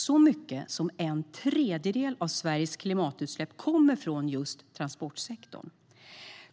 Så mycket som en tredjedel av Sveriges klimatutsläpp kommer från just transportsektorn.